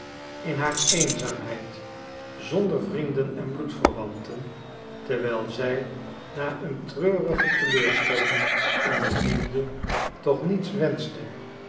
in haar eenzaamheid zonder vrienden en bloedverwanten terwijl zij na eene treurige teleurstelling in de liefde toch niets wenschte